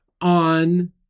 on